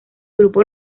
grupo